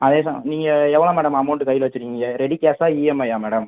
அதே தான் நீங்கள் எவ்வளோ மேடம் அமௌண்ட்டு கையில் வச்சுருக்கீங்க ரெடி கேஷா இஎம்ஐயா மேடம்